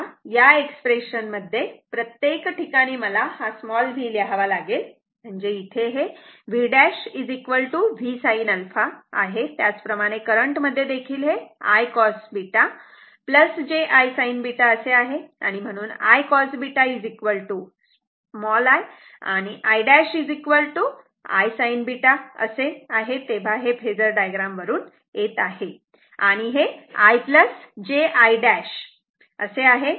तेव्हा या एक्सप्रेशन मध्ये इथे प्रत्येक ठिकाणी मला हा स्मॉल v लिहावा लागेल म्हणजे इथे हे v' v sin α आहे त्याच प्रमाणे करंट मध्ये देखील हे I cos β j I sin β असे आहे म्हणून I cos β i आणि i' I sin β असे तेव्हा हे फेजर डायग्राम वरून येत आहे आणि हे i j i' असे आहे